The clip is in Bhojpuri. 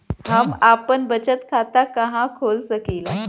हम आपन बचत खाता कहा खोल सकीला?